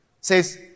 says